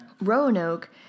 Roanoke